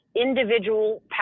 individual